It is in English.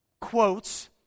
quotes